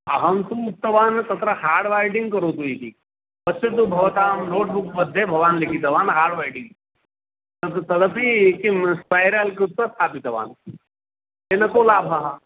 अहं किम् उक्तवान् तत्र हार्ड् बैण्डिङ्ग् करोतु इति पश्यतु भवतां नोट्बुक् मध्ये भवान् लिखितवान् हार्ड् बैण्डिङ्ग् तदपि किं स्पैराल् कृत्वा स्थापितवान् तेन को लाभः